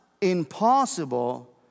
impossible